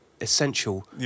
essential